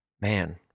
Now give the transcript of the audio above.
man